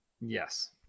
Yes